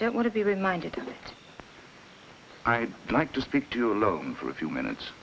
don't want to be reminded i'd like to speak to you alone for a few minutes